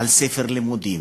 על ספר לימוד,